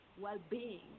well-being